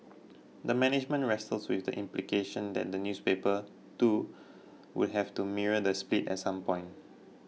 the management wrestled with the implication that the newspaper too would have to mirror the split at some point